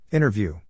Interview